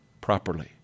properly